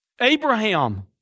Abraham